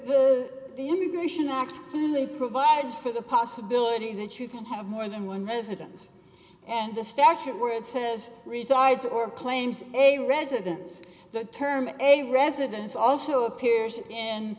with the immigration act provides for the possibility that you could have more than one residence and the statute where it says resides or claims a residence the term a residence also appears and